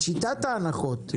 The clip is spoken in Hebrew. את שיטת ההנחות.